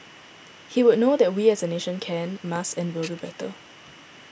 he would know that we as a nation can must and will do better